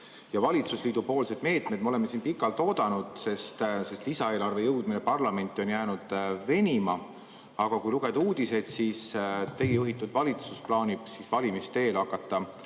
Valitsusliidu meetmeid me oleme siin pikalt oodanud, sest lisaeelarve jõudmine parlamenti on jäänud venima. Aga kui lugeda uudiseid, siis teie juhitud valitsus plaanib valimiste eel hakata